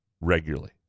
regularly